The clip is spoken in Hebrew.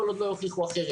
כל עוד לא הוכיחו אחרת.